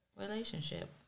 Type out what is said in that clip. relationship